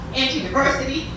anti-diversity